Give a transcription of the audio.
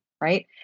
right